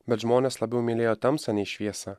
bet žmonės labiau mylėjo tamsą nei šviesą